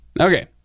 Okay